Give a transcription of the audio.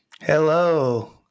Hello